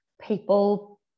people